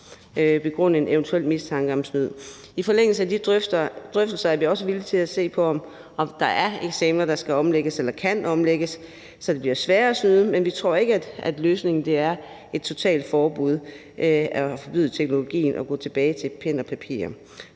I forlængelse af de drøftelser er vi også villige til at se på, om der er eksamener, der skal omlægges eller kan omlægges, så det bliver sværere at snyde, men vi tror ikke, at løsningen er et totalforbud og at forbyde teknologien og gå tilbage til pen og papir.